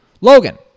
Logan